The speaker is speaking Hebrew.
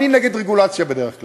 אני נגד רגולציה בדרך כלל.